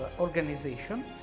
organization